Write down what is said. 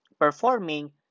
performing